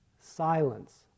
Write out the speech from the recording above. silence